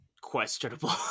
questionable